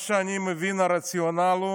אני מבין שהרציונל,